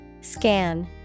Scan